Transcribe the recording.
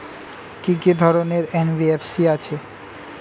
কি কি ধরনের এন.বি.এফ.সি আছে?